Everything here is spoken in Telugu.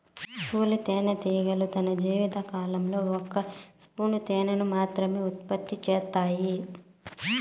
కూలీ తేనెటీగలు తన జీవిత కాలంలో ఒక స్పూను తేనెను మాత్రమె ఉత్పత్తి చేత్తాయి